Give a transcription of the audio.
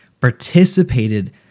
participated